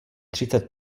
třicet